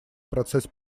процесс